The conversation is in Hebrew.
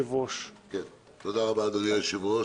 תודה רבה, אדוני היושב-ראש.